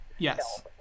Yes